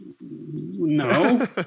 No